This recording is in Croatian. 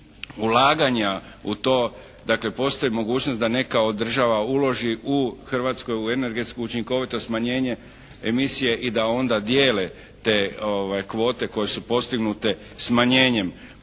ulaganja u to. Dakle, postoji mogućnost da neka od država uloži u Hrvatsku, u energetsku učinkovitost, smanjenje emisije i da onda dijele te kvote koje su postignute smanjenjem.